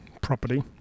property